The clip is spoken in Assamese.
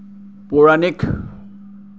পৌৰাণিক